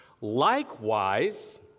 Likewise